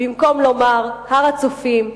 במקום לומר: הר-הצופים,